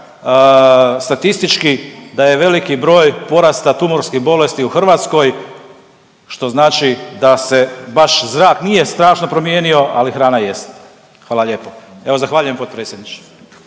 statistički da je veliki broj porasta tumorskih bolesti u Hrvatskoj, što znači da se baš zrak nije strašno promijenio, ali hrana jest. Hvala lijepo. Evo zahvaljujem potpredsjedniče.